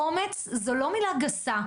אומץ זו לא מילה גסה.